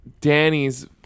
Danny's